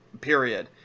Period